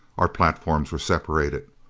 our platforms were separated.